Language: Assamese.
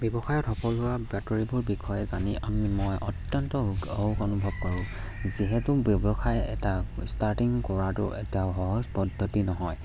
ব্যৱসায়ত সফল হোৱা বাতৰিবোৰ বিষয়ে জানি আমি মই অত্যন্ত হখ সুখ অনুভৱ কৰোঁ যিহেতু ব্যৱসায় এটা ষ্টাৰ্টিং কৰাটো এটা সহজ পদ্ধতি নহয়